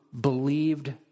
believed